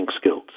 skills